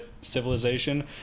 civilization